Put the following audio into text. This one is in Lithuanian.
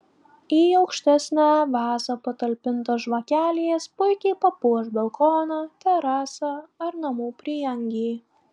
į aukštesnę vazą patalpintos žvakelės puikiai papuoš balkoną terasą ar namų prieangį